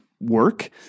Work